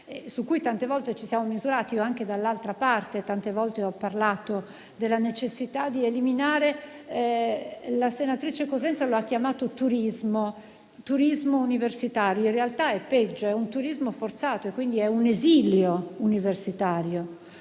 su cui tante volte ci siamo misurati. Io anche dall'altra parte ho parlato tante volte della necessità di eliminare quello che la senatrice Cosenza ha chiamato turismo universitario. In realtà è peggio: è un turismo forzato e, quindi, un esilio universitario.